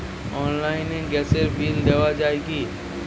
অনলাইনে গ্যাসের বিল দেওয়া যায় কি?